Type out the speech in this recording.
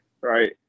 right